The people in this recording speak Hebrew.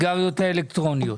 הסיגריות האלקטרוניות?